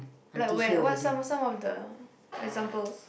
like where what are some of some of the examples